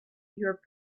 your